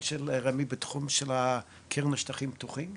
של רמ"י בתחום של הקרן השטחים פתוחים,